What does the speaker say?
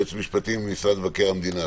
היועץ המשפטי במשרד מבקר המדינה,